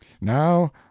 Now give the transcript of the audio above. now